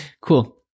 Cool